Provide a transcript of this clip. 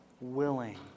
willing